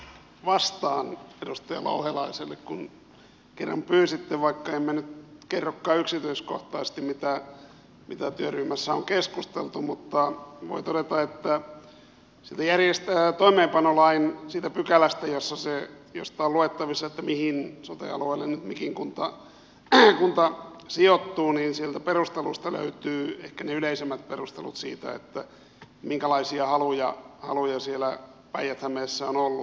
vastaan edustaja louhelaiselle kun kerran pyysitte vaikka en nyt kerrokaan yksityiskohtaisesti mitä työryhmässä on keskusteltu mutta voin todeta että sieltä toimeenpanolain siitä pykälästä josta on luettavissa mihin sote alueeseen mikin kunta sijoittuu sieltä perusteluista löytyvät ehkä ne yleisimmät perustelut siitä minkälaisia haluja siellä päijät hämeessä on ollut